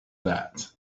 that